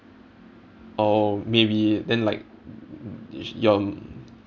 oh maybe then like